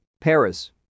Paris